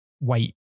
wait